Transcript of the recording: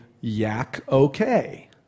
yak-okay